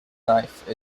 life